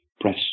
press